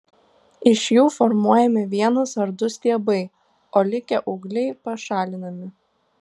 iš jų formuojami vienas ar du stiebai o likę ūgliai pašalinami